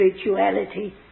spirituality